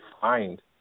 find